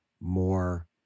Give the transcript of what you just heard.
more